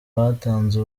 batanze